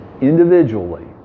individually